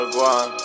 one